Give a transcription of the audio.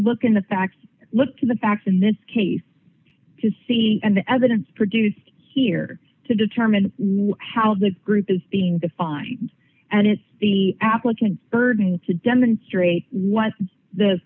look at the facts look to the facts in this case to see the evidence produced here to determine how the group is being defined and its the applicant burden to demonstrate what th